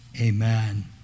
amen